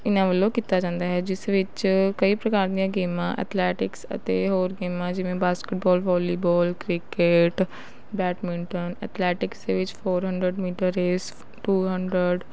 ਇਹਨਾਂ ਵੱਲੋਂ ਕੀਤਾ ਜਾਂਦਾ ਹੈ ਜਿਸ ਵਿੱਚ ਕਈ ਪ੍ਰਕਾਰ ਦੀਆਂ ਗੇਮਾਂ ਅਥਲੈਟਿਕਸ ਅਤੇ ਹੋਰ ਗੇਮਾਂ ਜਿਵੇਂ ਬਾਸਕਿਟਬਾਲ ਵਾਲੀਵਾਲ ਕ੍ਰਿਕਟ ਬੈਡਮਿੰਟਨ ਅਥਲੈਟਿਕਸ ਦੇ ਵਿੱਚ four hundred metre race two hundred